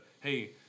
hey